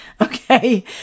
okay